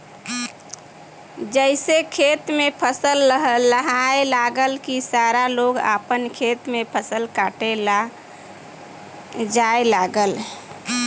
जइसे खेत में फसल लहलहाए लागल की सारा लोग आपन खेत में फसल काटे ला जाए लागल